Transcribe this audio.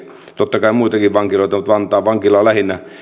totta kai muitakin vankiloita mutta vantaan vankilaa lähinnä